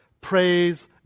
praise